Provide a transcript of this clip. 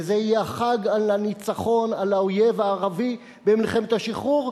וזה יהיה החג של הניצחון על האויב הערבי במלחמת השחרור,